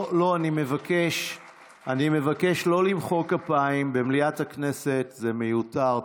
אני מבקש לא למחוא כפיים במליאת הכנסת, זה מיותר.